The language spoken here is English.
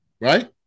Right